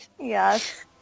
Yes